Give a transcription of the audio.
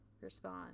respond